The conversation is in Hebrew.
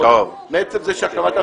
אבל זה לא תפקידי.